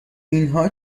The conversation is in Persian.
اینها